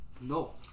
No